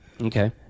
Okay